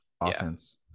offense